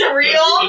real